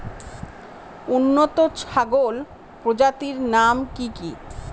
উন্নত ছাগল প্রজাতির নাম কি কি?